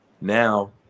now